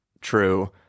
true